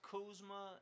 Kuzma